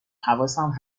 حواسم